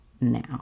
now